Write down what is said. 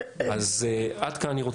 עד כאן.